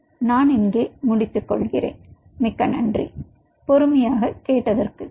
நான் இங்கே மு டித்துக்கொள்கிறேன் நன்றி